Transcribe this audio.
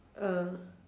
ah